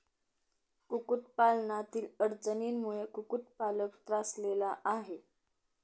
कुक्कुटपालनातील अडचणींमुळे कुक्कुटपालक त्रासलेला आहे